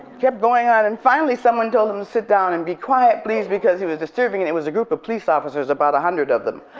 kept going on and finally someone told him to sit down and be quiet please because he was disturbing and it was a group of police officers, about one hundred of them.